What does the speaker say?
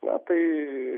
na tai